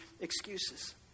excuses